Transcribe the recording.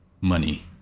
money